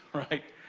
right?